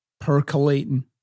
percolating